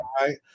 right